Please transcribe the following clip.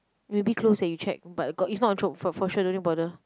maybe closed eh you check but got it's not on Chope for for sure no need bother